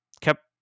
kept